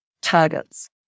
targets